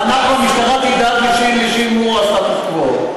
ואנחנו, המשטרה תדאג לשמירת הסטטוס-קוו.